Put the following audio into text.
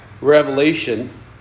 Revelation